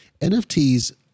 NFTs